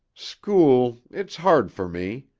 school, it's hard for me.